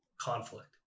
conflict